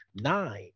nine